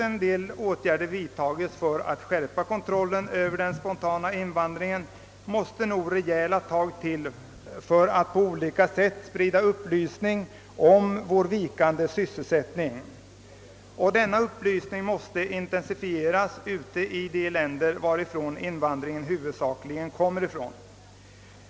En del åtgärder har vidtagits för att skärpa kontrollen över den spontana invandringen, men upplysning måste också spridas om de sysselsättningssvårigheter vi nu har.